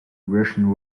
russian